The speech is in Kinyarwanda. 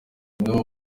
bumwe